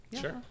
sure